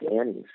Annie's